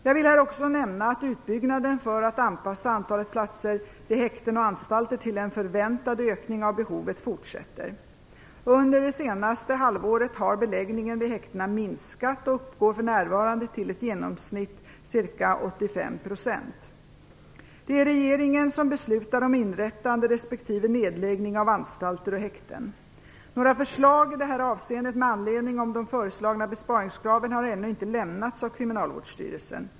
Jag vill här också nämna att utbyggnaden för att anpassa antalet platser vid häkten och anstalter till en förväntad ökning av behoven fortsätter. Under det senaste halvåret har beläggningen vid häktena minskat och uppgår för närvarande till i genomsnitt ca 85 %. Det är regeringen som beslutar om inrättande respektive nedläggning av anstalter och häkten. Några förslag i detta avseende med anledning av de föreslagna besparingskraven har ännu inte lämnats av Kriminalvårdsstyrelsen.